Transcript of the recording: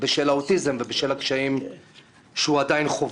בשל האוטיזם ובשל הקשיים שהוא עדיין חווה.